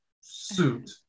suit